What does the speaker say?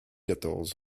quatorze